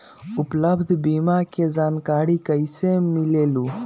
उपलब्ध बीमा के जानकारी कैसे मिलेलु?